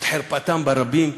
את חרפתם ברבים.